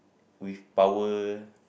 with power